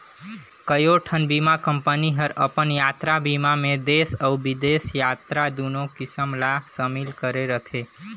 कयोठन बीमा कंपनी हर अपन यातरा बीमा मे देस अउ बिदेस यातरा दुनो किसम ला समिल करे रथे